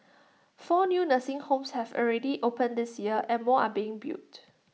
four new nursing homes have already opened this year and more are being built